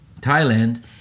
Thailand